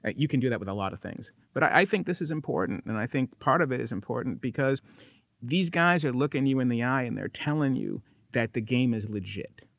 you can do that with a lot of things. but i think this is important, and i think part of it is important because these guys are looking you in the eye and they're telling you that the game is legit.